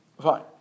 Fine